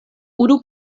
unu